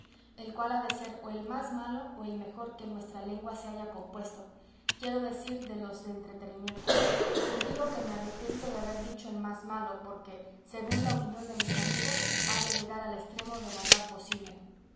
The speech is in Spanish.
el cual ha de ser o el más malo o el mejor que en nuestra lengua se haya compuesto quiero decir de los de entretenimiento y digo que me arrepiento de haber dicho el más malo porque según la opinión de mis amigos ha de llegar al estremo de bondad posible